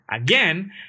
Again